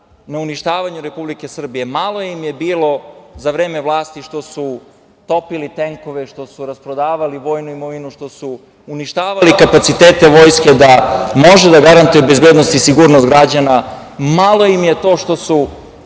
na uništavanju Republike Srbije. Malo im je bilo za vreme vlasti što su topili tenkove, što su rasprodavali vojnu imovinu, što su uništavali kapacitete vojske da može da garantuje bezbednost i sigurnost građana, malo im je to što su